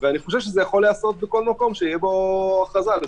ואני חושב שזה יכול להיעשות בכל מקום שיוכרז כאזור מוגבל.